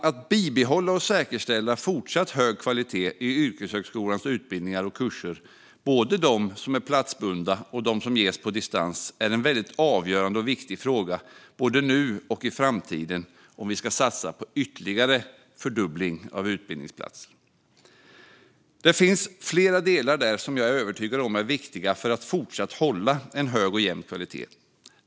Att bibehålla och säkerställa fortsatt hög kvalitet i yrkeshögskolans utbildningar och kurser, både de som är platsbundna och de som ges på distans, är en väldigt avgörande och viktig fråga både nu och i framtiden om vi ska satsa på ytterligare fördubbling av utbildningsplatser. Det finns flera delar där som jag är övertygad om är viktiga för att fortsatt hålla en hög och jämn kvalitet.